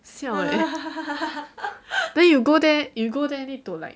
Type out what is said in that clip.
siao eh then you go there you go there need to like